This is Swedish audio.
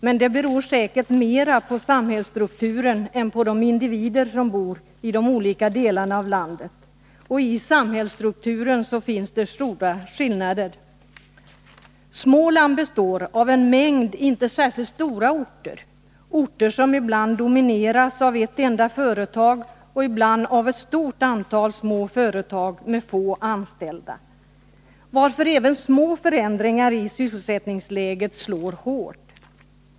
Men det beror säkert mera på samhällsstrukturen än på de individer som bor i de olika delarna av landet. I samhällsstrukturen finns stora skillnader mellan Småland och Norrbotten. Småland består av en mängd inte särskilt stora orter, orter som ibland domineras av ett enda företag och ibland av ett stort antal små företag med få anställda, varför även små förändringar i sysselsättningsläget slår hårt.